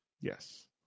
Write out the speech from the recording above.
Yes